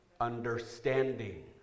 Understanding